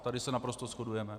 Tady se naprosto shodujeme.